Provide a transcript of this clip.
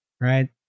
right